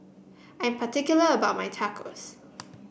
I'm particular about my Tacos